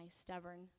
stubborn